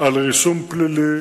את הרישום הפלילי